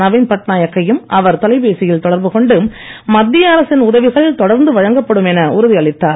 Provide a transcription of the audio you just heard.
நவீன் பட்நாயக் கையும் அவர் தொலைபேசியில் தொடர்பு கொண்டு மத்திய அரசின் உதவிகள் தொடர்ந்து வழங்கப்படும் என உறுதியளித்தார்